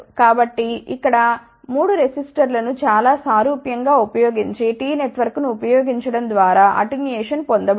కాబట్టి ఇక్కడ 3 రెసిస్టర్లను చాలా సారూప్యం గా ఉపయోగించి టి నెట్వర్క్ను ఉపయోగించడం ద్వారా అటెన్యుయేషన్ పొందబడింది